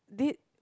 this